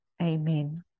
Amen